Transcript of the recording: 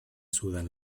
sudan